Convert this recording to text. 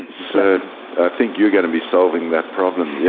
so i think you're going to be solving that problem. yeah